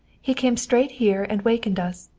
he came straight here and wakened us.